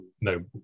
no